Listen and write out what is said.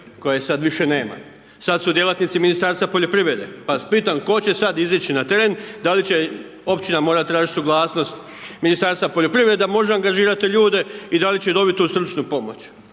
koje sad više nema. Sad su djelatnici Ministarstva poljoprivrede, pa vas sad pitam, tko će sad izići na teren, da li će općina morati tražiti suglasnost Ministarstva poljoprivrede da može angažirati ljude i da li će dobiti tu stručnu pomoć,